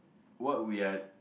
what we are